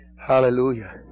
Hallelujah